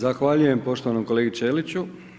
Zahvaljujem poštovanom kolegi Ćeliću.